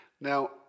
Now